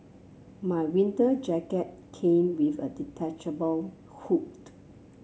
my winter jacket came with a detachable hood